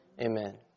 Amen